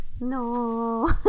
no